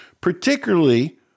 particularly